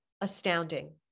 astounding